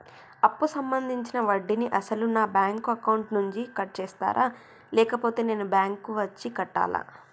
అప్పు సంబంధించిన వడ్డీని అసలు నా బ్యాంక్ అకౌంట్ నుంచి కట్ చేస్తారా లేకపోతే నేను బ్యాంకు వచ్చి కట్టాలా?